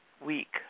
week